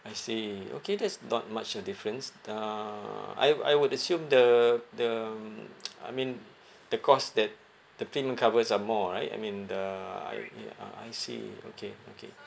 I see okay that's not much a difference uh I I would assume the the um I mean the cost that the premium covers are more right I mean the I i~ uh I see okay okay